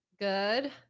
good